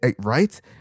right